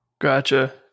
Gotcha